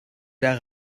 der